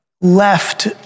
left